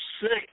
six